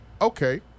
Okay